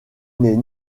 n’est